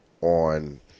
on